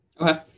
Okay